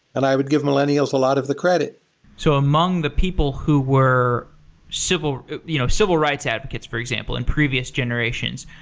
and i would give millennials a lot of the credit so among the people who were civil you know civil rights advocates, for example, in previous generations.